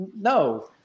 no